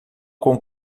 com